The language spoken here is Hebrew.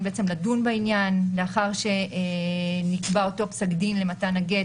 לדון בעניין לאחר שנקבע אותו פסק דין למתן הגט.